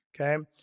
Okay